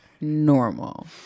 normal